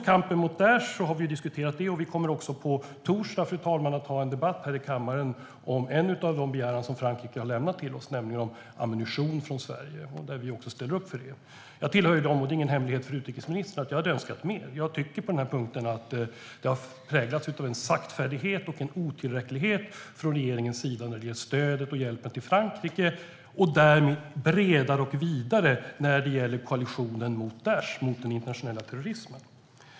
Kampen mot Daish har vi ju diskuterat. Vi kommer på torsdag, fru talman, att ha en debatt här i kammaren om en av de begäranden som Frankrike har lämnat till oss, nämligen den om ammunition från Sverige. Vi ställer också upp på det. Jag hör ju till dem som hade önskat mer. Det är ingen hemlighet för utrikesministern. Jag tycker att agerandet från regeringens sida har präglats av saktfärdighet och otillräcklighet när det gäller stödet och hjälpen till Frankrike och därmed bredare och vidare när det gäller koalitionen mot Daish och den internationella terrorismen.